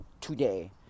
today